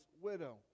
widow